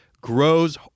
grows